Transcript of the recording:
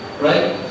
right